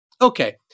Okay